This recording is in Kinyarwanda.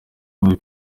wabaye